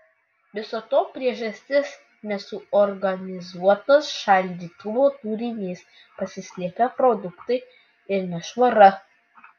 viso to priežastys nesuorganizuotas šaldytuvo turinys pasislėpę produktai ir nešvara